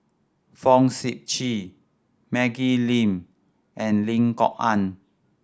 Fong Sip Chee Maggie Lim and Lim Kok Ann